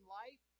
life